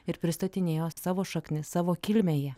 ir pristatinėjo savo šaknis savo kilmę jie